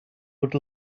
would